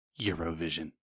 Eurovision